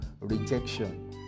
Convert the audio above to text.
rejection